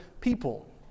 people